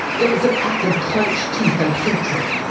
it was an act of clenched teeth and hatred.